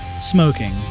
smoking